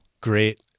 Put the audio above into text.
great